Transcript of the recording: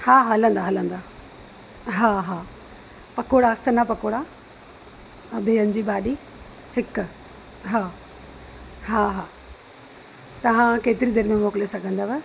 हा हलंदा हलंदा हा हा पकौड़ा सन्हा पकौड़ा आहे बिहनि जी भाॼी हिकु हा हा हा तव्हां केतिरी देरि में मोकिले सघंदव